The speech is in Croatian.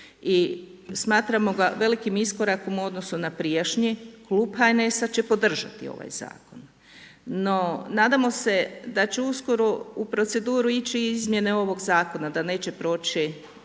i smatramo ga velikim iskorakom u odnosu na prijašnji. Klub HNS-a će podržati ovaj zakon. No nadamo se da će uskoro u proceduru ići izmjene ovog zakona da neće proći